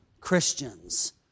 Christians